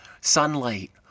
Sunlight